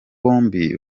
bombi